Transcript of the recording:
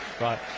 right